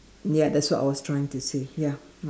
ya that is what I was trying to say ya